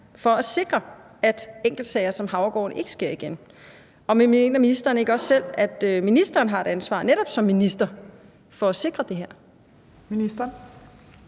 for at sikre, at enkeltsager som Havregården ikke sker igen, og mener ministeren ikke også selv, at ministeren har et ansvar netop som minister for at sikre det her?